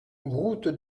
route